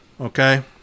okay